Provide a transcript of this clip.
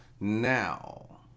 Now